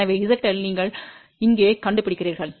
எனவே zL நீங்கள் இங்கே கண்டுபிடிக்கிறீர்கள்